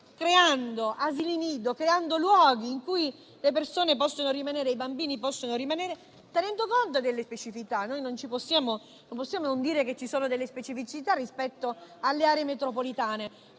creando asili nido e luoghi in cui le persone e i bambini possano rimanere, tenendo conto delle specificità. Non possiamo non dire che ci sono delle specificità rispetto alle aree metropolitane,